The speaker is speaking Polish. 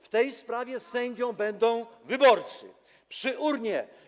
W tej sprawie sędzią będą wyborcy przy urnie.